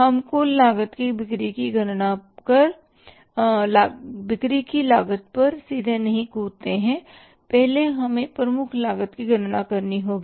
हम कुल लागत की बिक्री की लागत पर सीधे नहीं कूदते हैं पहले हमें प्रमुख लागत की गणना करनी होगी